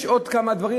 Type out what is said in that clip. יש עוד כמה דברים,